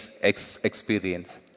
experience